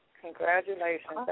Congratulations